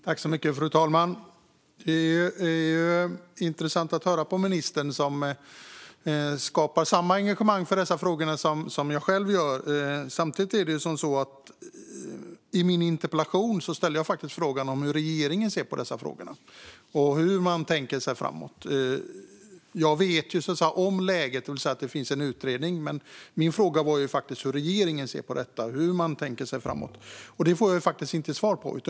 Fru talman! Det är intressant att höra på ministern, som har samma engagemang i frågorna som jag själv. Min interpellation gällde hur regeringen ser på dessa frågor och vad man tänker sig framåt. Jag vet hur läget ser ut, det vill säga att det pågår en utredning. Men min fråga var faktiskt hur regeringen ser på detta och vad man tänker sig framåt. Det får jag inte svar på.